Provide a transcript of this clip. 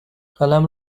قلم